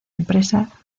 empresa